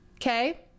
Okay